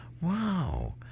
Wow